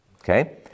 Okay